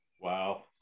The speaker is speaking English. Wow